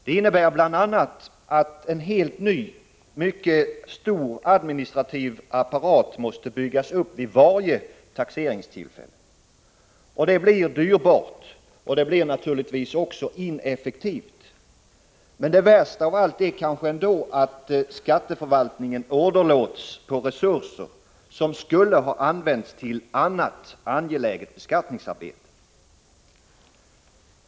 Det innebär bl.a. att en helt ny och mycket stor administrativ apparat måste byggas upp vid varje taxeringstillfälle. Det blir dyrbart, och det blir naturligtvis också ineffektivt. Det värsta är kanske ändå att skatteförvaltningen åderlåts på resurser, som skulle ha kunnat användas till annat angeläget beskattningsarbete.